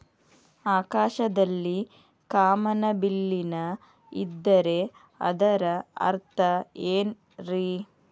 ಆಕಾಶದಲ್ಲಿ ಕಾಮನಬಿಲ್ಲಿನ ಇದ್ದರೆ ಅದರ ಅರ್ಥ ಏನ್ ರಿ?